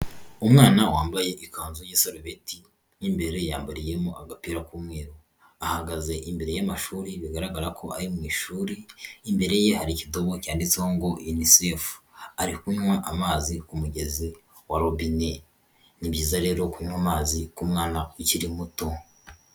Umwana wambaye ikanzu y'isarubeti, mo imbere yambariyemo agapira k'umweru, ahagaze imbere y'amashuri, bigaragara ko ari mu ishuri, imbere ye hari ikidobo cyanditseho ngo UNICEF, ari kunywa amazi ku mugezi wa robine, ni byiza rero kunywa amazi ku mwana ukiri muto,